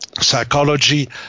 psychology